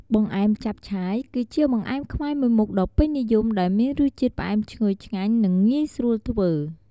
បង្អែមចាប់ឆាយ គឺជាបង្អែមខ្មែរមួយមុខដ៏ពេញនិយម ដែលមានរសជាតិផ្អែមឈ្ងុយឆ្ងាញ់ និងងាយស្រួលធ្វើ។